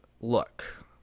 look